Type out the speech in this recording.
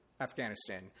Afghanistan